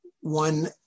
one